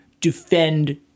defend